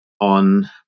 on